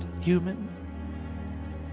human